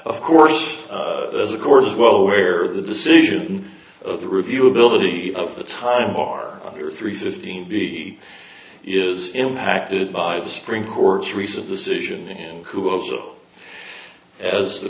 of course as a court is well aware the decision of the review ability of the time are under three fifteen b is impacted by the supreme court's recent decision and kuo so as the